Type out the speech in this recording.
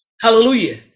Hallelujah